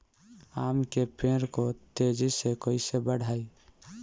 आम के पेड़ को तेजी से कईसे बढ़ाई?